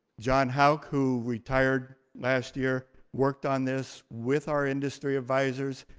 john houke, who retired last year, worked on this with our industry advisors.